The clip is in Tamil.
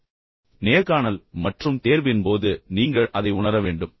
எனவே நேர்காணல் மற்றும் தேர்வின் போது நீங்கள் அதை உணர வேண்டும்